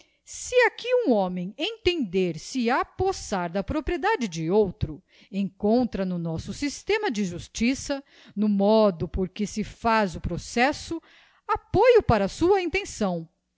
si aqui um homem entender se apossar da propriedade de outro encontra no nosso systema de justiça no modo por que se faz o processo apoio para a sua intenção